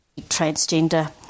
transgender